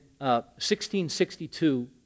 1662